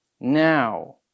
now